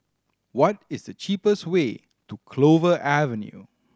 what is the cheapest way to Clover Avenue